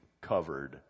covered